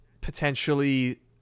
potentially